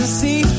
see